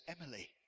Emily